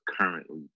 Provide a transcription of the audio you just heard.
currently